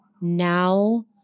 now